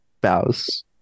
bows